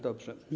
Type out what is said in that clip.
Dobrze.